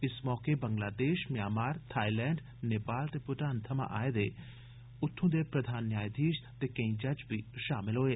इस मौके Bangladesh Myanmar Thailand Nepal ते भूटान थमां आए दे उत्थू दे प्रधान न्यायघीश ते केई जज बी शामल होऐ